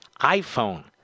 iPhone